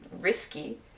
risky